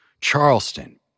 Charleston